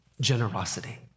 generosity